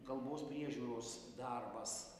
kalbos priežiūros darbas įvairios pusės